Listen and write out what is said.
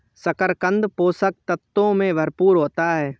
शकरकन्द पोषक तत्वों से भरपूर होता है